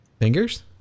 Fingers